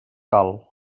cal